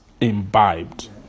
imbibed